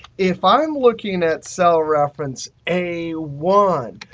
if i'm looking at cell reference a one,